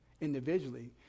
individually